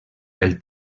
pel